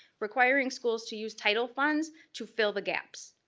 requiring schools to use title funds to fill the gaps.